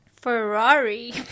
Ferrari